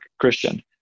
Christian